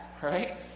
Right